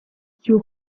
you